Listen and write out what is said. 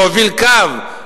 להוביל קו,